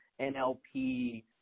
NLP